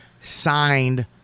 signed